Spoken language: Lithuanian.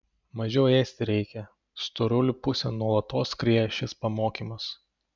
mažiau ėsti reikia storulių pusėn nuolatos skrieja šis pamokymas